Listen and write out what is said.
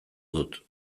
dut